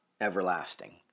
everlasting